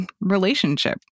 relationship